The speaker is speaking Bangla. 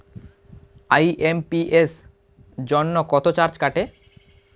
আই.এম.পি.এস জন্য কত চার্জ কাটে?